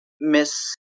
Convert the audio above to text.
miss